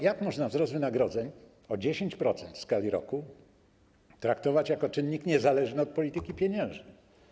Jak można wzrost wynagrodzeń o 10% w skali roku traktować jako czynnik niezależny od polityki pieniężnej?